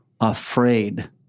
afraid